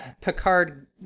Picard